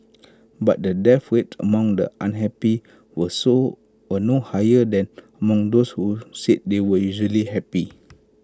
but the death rates among the unhappy were so were no higher than among those who said they were usually happy